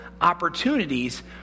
opportunities